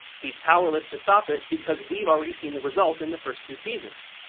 he's powerless to stop it because we've already seen the result in the first two seasons,